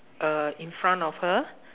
a in front of her